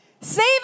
save